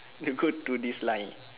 to go to this line